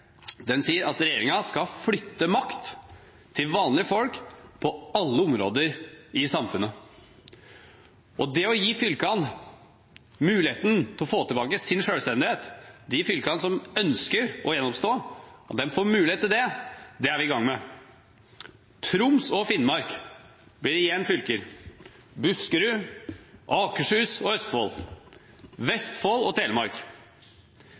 at regjeringen skal «flytte makt til vanlige folk på alle områder i samfunnet». Å gi de fylkene som ønsker å gjenoppstå, muligheten til å få tilbake sin selvstendighet, er vi i gang med. Troms og Finnmark blir igjen fylker, likeså Buskerud, Akershus, Østfold, Vestfold og Telemark.